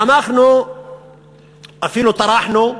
ואנחנו אפילו טרחנו,